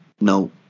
No